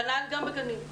כנ"ל גם בגנים.